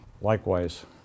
likewise